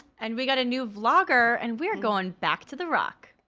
and we got a new vlogger and we're going back to the rock.